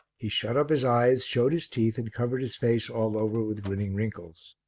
he shut up his eyes, showed his teeth and covered his face all over with grinning wrinkles.